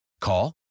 Call